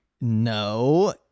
No